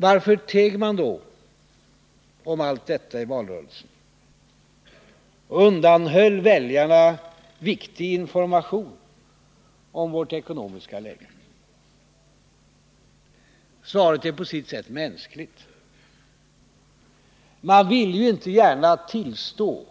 Varför teg man då om allt detta i valrörelsen och undanhöll väljarna viktig information om vårt ekonomiska läge? Svaret är på sitt sätt mänskligt. Man ville inte gärna tillstå